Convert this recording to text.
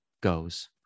goes